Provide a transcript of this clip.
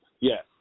Yes